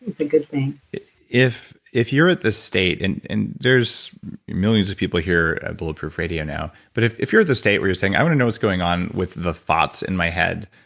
good thing if if you're at the state, and and there's millions of people here at bulletproof radio now, but if if you're at the state where you're saying, i want to know what's going on with the thoughts in my head,